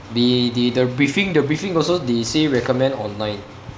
they they the briefing the briefing also they say recommend online